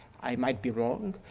i might be wrong,